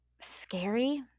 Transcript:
scary